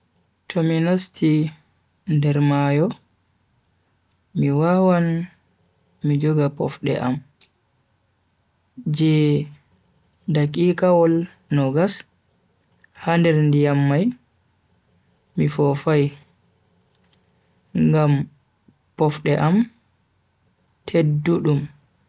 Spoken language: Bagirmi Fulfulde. To mi nasti nder mayo, mi wawan mi joga pofde am je dakikawol noogas ha nder ndiyam mai mi fofai ngam pofde am teddudum.